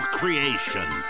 creation